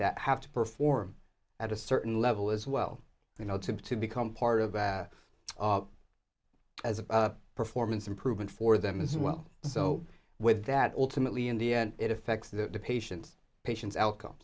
that have to perform at a certain level as well you know to become part of as a performance improvement for them as well so with that ultimately in the end it affects the patients patients outcome